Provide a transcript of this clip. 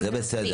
זה מספיק.